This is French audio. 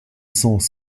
sens